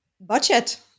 budget